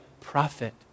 prophet